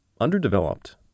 underdeveloped